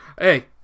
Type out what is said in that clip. Hey